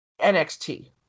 NXT